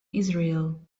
israel